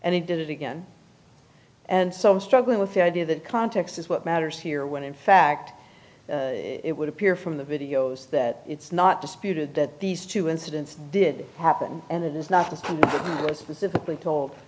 and he did it again and so i'm struggling with the idea that context is what matters here when in fact it would appear from the videos that it's not disputed that these two incidents did happen and there's not